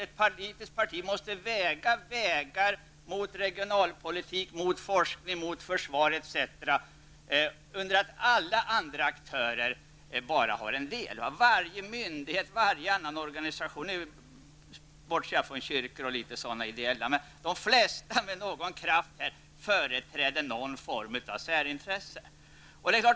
Ett politiskt parti måste väga vägar mot regionalpolitik, mot forskning, mot försvar etc., under det att alla andra aktörer bara behöver ta ansvar för en del. Varje myndighet, varje annan organisation med någon kraft -- nu bortser jag från kyrkor och ideella organisationer -- företräder någon form av särintresse.